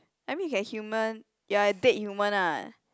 I mean you can human you are a dead human ah